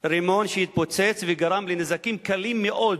רימון שהתפוצץ וגרם נזקים קלים מאוד